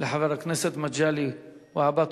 לחבר הכנסת מגלי והבה.